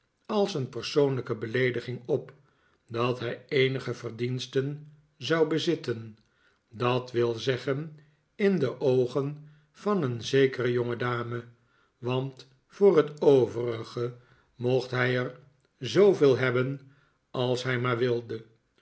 als een persoonlijke beleediging op dat hij eenige verdiensten zou bezitten dat wil zeggen in de oogen van een zekere jongedame want voor het overige mocht hij er zooveel hebben als hij maar wilde